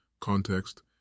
context